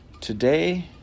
Today